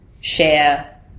share